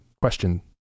question